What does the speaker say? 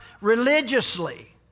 religiously